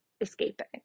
escaping